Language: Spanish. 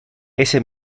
ese